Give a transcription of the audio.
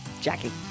jackie